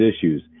issues